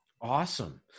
Awesome